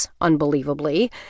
unbelievably